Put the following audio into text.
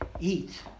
eat